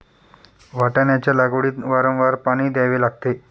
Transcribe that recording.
वाटाण्याच्या लागवडीत वारंवार पाणी द्यावे लागते